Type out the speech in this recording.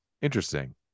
interesting